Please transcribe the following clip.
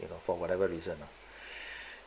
you know for whatever reason